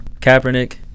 Kaepernick